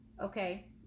okay